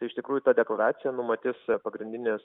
iš tikrųjų ta deklaracija numatys pagrindines